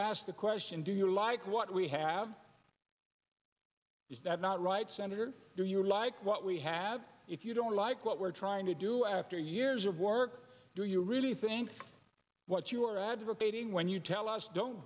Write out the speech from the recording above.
ask the question do you like what we have is that not right senator do you like what we have if you don't like what we're trying to do after years of work do you really think what you are advocating when you tell us don't